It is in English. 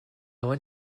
want